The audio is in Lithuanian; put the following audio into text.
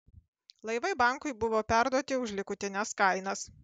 laivai bankui buvo perduoti už likutines kainas